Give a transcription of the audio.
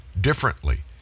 differently